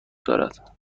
دارد